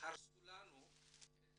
הרסו לנו את